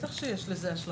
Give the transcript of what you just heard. בטח שיש לזה השלכה.